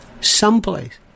someplace